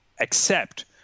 accept